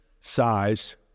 size